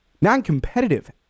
Non-competitive